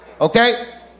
okay